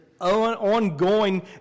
ongoing